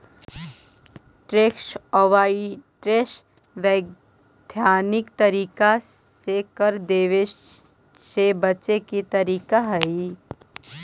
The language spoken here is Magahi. टैक्स अवॉइडेंस वैधानिक तरीका से कर देवे से बचे के तरीका हई